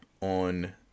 on